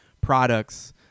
products